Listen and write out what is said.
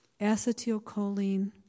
acetylcholine